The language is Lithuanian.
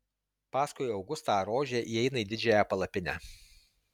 paskui augustą rožė įeina į didžiąją palapinę